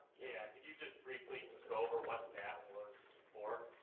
yeah you just briefly go over what that was for,